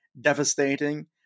devastating